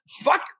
fuck